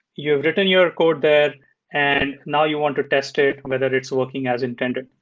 you've written your code there and now you want to test it whether it's working as intended.